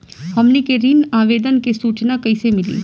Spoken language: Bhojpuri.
हमनी के ऋण आवेदन के सूचना कैसे मिली?